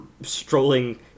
strolling